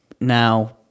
now